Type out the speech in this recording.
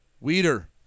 Weeder